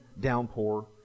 downpour